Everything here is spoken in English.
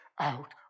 out